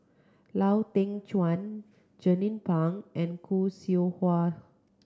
Lau Teng Chuan Jernnine Pang and Khoo Seow Hwa